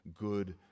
good